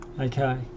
Okay